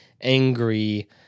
angry